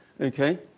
Okay